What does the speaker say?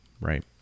right